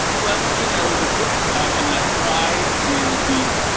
well, you know, the book tried, i mean i try to be,